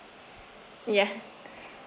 ya